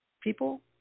people